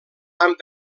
amb